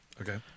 Okay